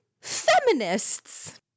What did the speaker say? Feminists